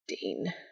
Dean